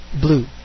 Blue